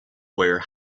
wear